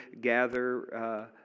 gather